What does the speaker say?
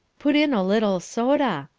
put in a little soda.